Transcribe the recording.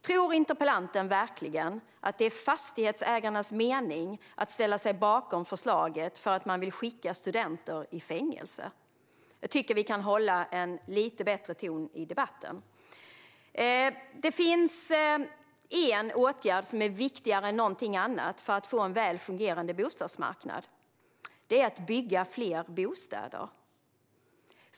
Tror interpellanten verkligen att Fastighetsägarna ställer sig bakom förslaget för att man vill skicka studenter i fängelse? Jag tycker att vi kan ha en lite bättre ton i debatten. Det finns en åtgärd som är viktigare än något annat för att få en väl fungerande bostadsmarknad, och det är att bygga fler bostäder.